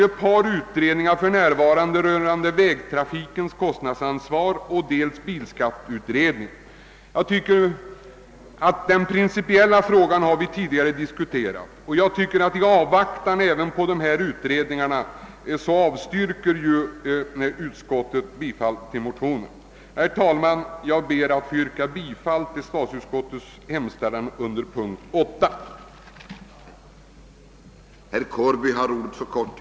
För närvarande pågår dels utredningen rörande vägtrafikens kostnadsansvar, dels bilskatteutredningen. Den principiella frågan har vi tidigare diskuterat. Utskottsmajoriteten anser att vi även bör avvakta dessa utredningar och avstyrker därför ett bifall till de väckta motionerna. Herr talman! Jag ber att få yrka bifall till statsutskottets hemställan under punkten 8.